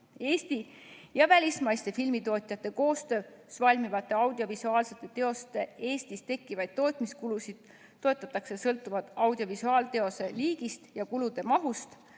Eesti ja välismaiste filmitootjate koostöös valmivate audiovisuaalsete teoste Eestis tekkivaid tootmiskulusid toetatakse sõltuvalt audiovisuaalteose liigist ja kulude mahust